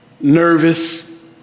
Nervous